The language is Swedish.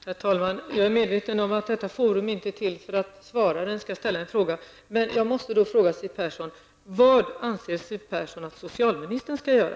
Herr talman! Jag är medveten om att detta forum inte är till för att svararen skall ställa en fråga, men jag måste fråga Siw Persson: Vad anser Siw Persson att socialministern skall göra?